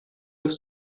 das